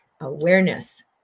Awareness